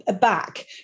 back